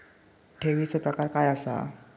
ठेवीचो प्रकार काय असा?